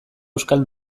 euskal